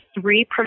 three